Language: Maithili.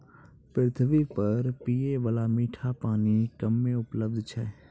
पृथ्वी पर पियै बाला मीठा पानी कम्मे उपलब्ध छै